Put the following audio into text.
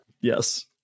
Yes